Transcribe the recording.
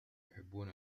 يحبون